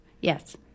Yes